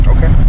Okay